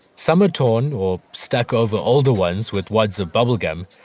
some are torn or stacked over older ones with wads of bubble gum.